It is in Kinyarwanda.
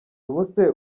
ubuse